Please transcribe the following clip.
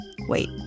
Wait